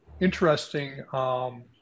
interesting